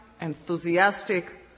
enthusiastic